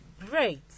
great